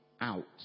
out